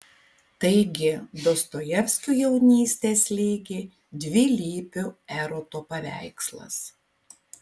taigi dostojevskio jaunystę slėgė dvilypio eroto paveikslas